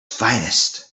finest